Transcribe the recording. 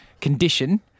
condition